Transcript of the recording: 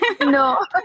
no